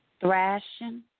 Thrashing